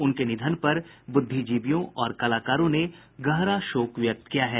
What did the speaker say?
उनके निधन पर बुद्धिजीवियों और कलाकारों ने गहरा शोक व्यक्त किया है